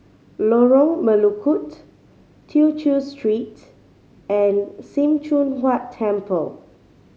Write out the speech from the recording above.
Lorong Melukut Tew Chew Street and Sim Choon Huat Temple